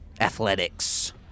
Athletics